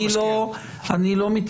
אני אומר מראש,